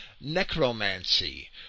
necromancy